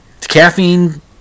Caffeine